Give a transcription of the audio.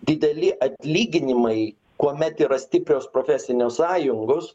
dideli atlyginimai kuomet yra stiprios profesinės sąjungos